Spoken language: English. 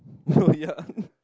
oh yeah